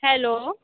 hello